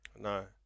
No